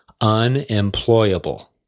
unemployable